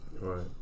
Right